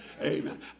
Amen